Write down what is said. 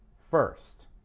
first